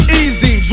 easy